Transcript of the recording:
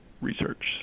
research